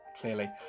clearly